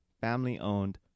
family-owned